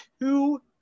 two